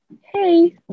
hey